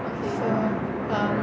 okay so um